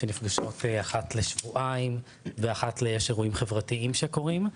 שנפגשות אחת לשבועיים ואחת לכמה זמן ישנם גם אירועים חברתיים שקורים.